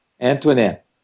Antoinette